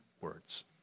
words